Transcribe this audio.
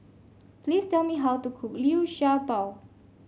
please tell me how to cook Liu Sha Bao